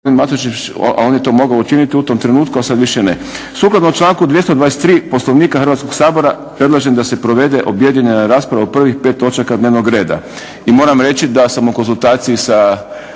a on je to mogao učiniti u tom trenutku, a sad više ne. Sukladno članku 223. Poslovnika Hrvatskog sabora predlažem da se provede objedinjena rasprava o prvih 5 točaka dnevnog reda. I moram reći da sam u konzultaciji sa